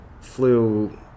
flew